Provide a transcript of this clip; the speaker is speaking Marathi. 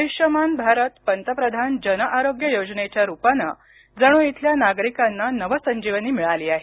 आयुष्यमान भारत पंतप्रधान जन आरोग्य योजनेच्या रूपाने जणू इथल्या नागरिकांना नवसंजीवनी मिळाली आहे